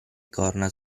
corna